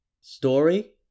story